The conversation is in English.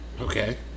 Okay